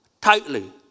tightly